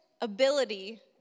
ability